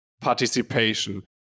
participation